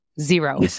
Zero